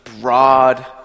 broad